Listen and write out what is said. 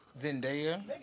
Zendaya